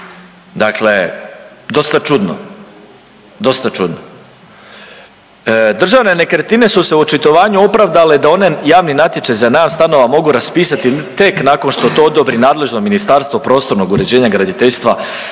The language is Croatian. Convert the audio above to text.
čudno, dosta čudno. Državne nekretnine su se u očitovanju opravdale da one javni natječaj za najam stanova mogu raspisati tek nakon što to odobri nadležno Ministarstvo prostornog uređenja, graditeljstva